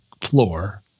floor